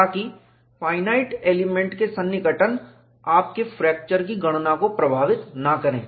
ताकि finite element के सन्निकटन अप्प्रोक्सिमशन आपके फ्रैक्चर की गणना को प्रभावित न करें